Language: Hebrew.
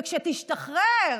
וכשתשתחרר